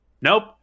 nope